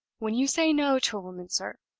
when you say no to a woman, sir,